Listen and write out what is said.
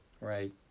right